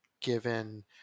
given